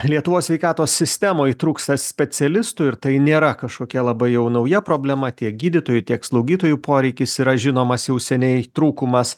lietuvos sveikatos sistemoj trūksta specialistų ir tai nėra kažkokia labai jau nauja problema tiek gydytojų tiek slaugytojų poreikis yra žinomas jau seniai trūkumas